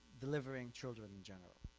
delivering children general.